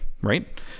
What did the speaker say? right